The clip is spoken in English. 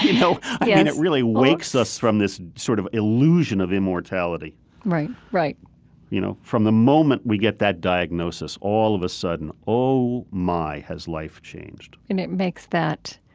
you know i mean, yeah and it really wakes us from this sort of illusion of immortality right, right you know, from the moment we get that diagnosis, all of a sudden, oh, my, has life changed and it makes that